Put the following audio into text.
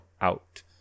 out